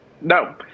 No